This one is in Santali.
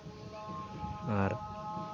ᱟᱨ